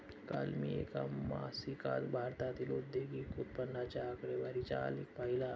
काल मी एका मासिकात भारतातील औद्योगिक उत्पन्नाच्या आकडेवारीचा आलेख पाहीला